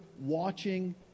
watching